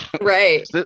Right